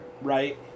right